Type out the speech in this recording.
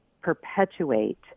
perpetuate